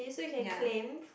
ya